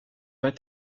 pas